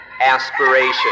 aspiration